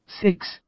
Six